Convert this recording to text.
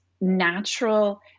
natural